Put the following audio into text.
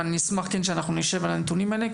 אבל אני אשמח כן שאנחנו נשב על הנתונים האלה,